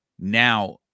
Now